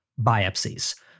biopsies